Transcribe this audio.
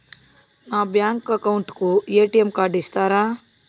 నా bank account కు ATM card ఇస్తారా